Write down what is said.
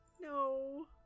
No